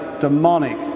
demonic